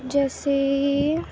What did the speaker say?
جیسے